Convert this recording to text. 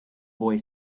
boy